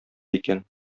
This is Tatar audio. икән